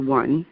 one